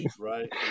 right